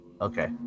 Okay